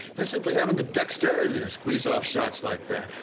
i simply haven't the dexterity to squeeze off shots like that.